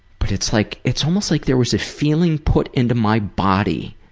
but it's like it's almost like there was a feeling put into my body,